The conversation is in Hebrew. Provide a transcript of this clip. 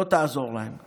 לא תעזור להם.